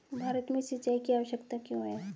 भारत में सिंचाई की आवश्यकता क्यों है?